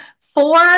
four